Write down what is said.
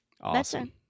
Awesome